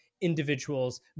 individuals